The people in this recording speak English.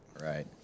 right